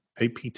APT